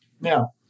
Now